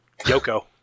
yoko